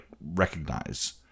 recognize